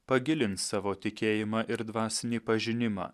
pagilins savo tikėjimą ir dvasinį pažinimą